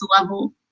level